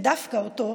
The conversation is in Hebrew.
ודווקא אותו,